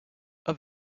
are